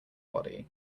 body